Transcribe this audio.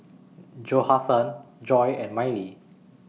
Johathan Joy and Mylie